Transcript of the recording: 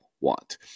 want